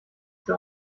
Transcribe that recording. der